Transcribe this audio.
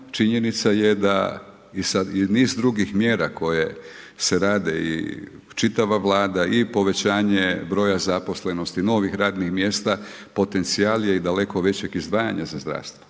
činjenica je da i sad niz drugih mjera koje se rade i čitava Vlada i povećanje broja zaposlenosti, novih radnih mjesta, potencijal je i daleko većeg izdvajanja za zdravstvo.